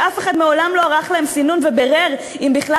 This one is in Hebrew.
שאף אחד מעולם לא ערך להם סינון ובירר אם בכלל